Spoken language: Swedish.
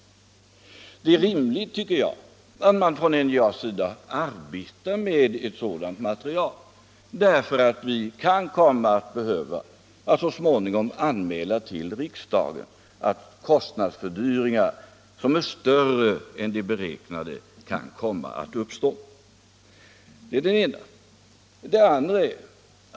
Jag tycker det är rimligt att man vid NJA arbetar med ett sådant material, eftersom vi så småningom kan behöva anmäla för riksdagen att kostnadsfördyringar som är större än beräknat kan komma att uppstå. Det är det ena.